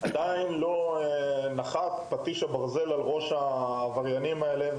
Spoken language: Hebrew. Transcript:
עדיין לא נחת פטיש הברזל על ראש העבריינים האלה.